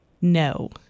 No